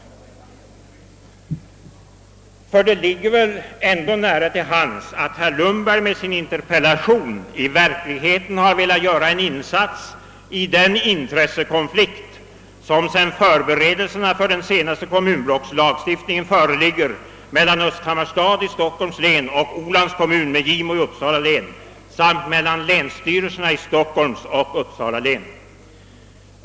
Ty det ligger väl ändå nära till hands att herr Lundberg med sin interpellation i verkligheten har velat göra en insats i den intressekonflikt, som genom förberedelserna för den senaste kommunblockslagstiftningen föreligger mellan Östhammars stad i Stockholms län och Olands kommun med Gimo i Uppsala län samt mellan länsstyrelserna i Stockholms och Uppsala län.